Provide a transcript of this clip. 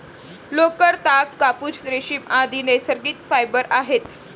लोकर, ताग, कापूस, रेशीम, आदि नैसर्गिक फायबर आहेत